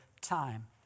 time